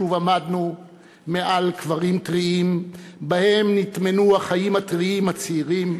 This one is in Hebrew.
שוב עמדנו מעל קברים טריים שבהם נטמנו החיים הטריים הצעירים,